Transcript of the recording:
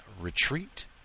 retreat